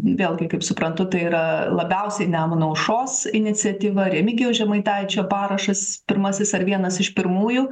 vėlgi kaip suprantu tai yra labiausiai nemuno aušros iniciatyva remigijaus žemaitaičio parašas pirmasis ar vienas iš pirmųjų